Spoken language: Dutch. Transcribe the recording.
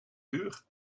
uur